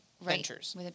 ventures